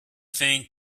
thing